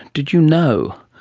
did you know?